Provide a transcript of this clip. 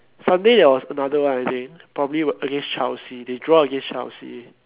Sunday there was another one I think probably against Chelsea they draw against Chelsea